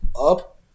up